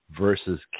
versus